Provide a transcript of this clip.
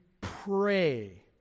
pray